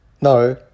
No